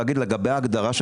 לגבי ההגדרה,